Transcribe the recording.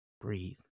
breathe